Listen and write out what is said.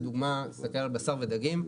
לדוגמה נסתכל על בשר ודגים,